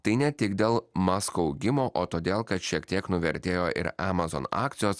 tai ne tik dėl masko augimo o todėl kad šiek tiek nuvertėjo ir emazon akcijos